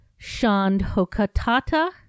Shandhokatata